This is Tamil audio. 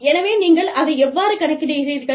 எனவே நீங்கள் அதை எவ்வாறு கணக்கிடுகிறீர்கள்